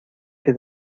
que